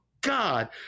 God